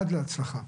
עד להצלחה.